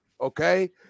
Okay